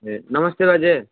ए नमस्ते बाजे